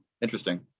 Interesting